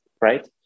right